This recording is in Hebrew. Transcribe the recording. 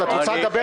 את רוצה לדבר?